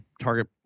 target